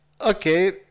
Okay